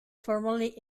formally